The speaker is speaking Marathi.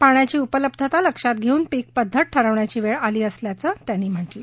पाण्याची उपलब्धता लक्षात घेऊन पीक पद्धती ठरवण्याची वेळ आली असल्याचं त्यांनी म्हटलं